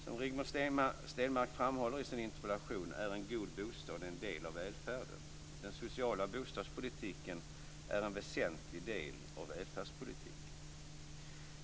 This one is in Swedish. Som Rigmor Stenmark framhåller i sin interpellation är en god bostad en del av välfärden. Den sociala bostadspolitiken är en väsentlig del av välfärdspolitiken.